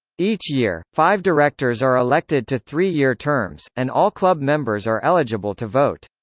each year, five directors are elected to three-year terms, and all club members are eligible to vote.